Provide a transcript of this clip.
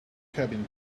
cabin